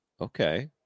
Okay